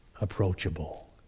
approachable